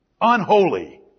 unholy